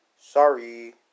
Sorry